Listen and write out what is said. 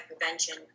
prevention